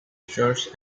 shores